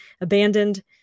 abandoned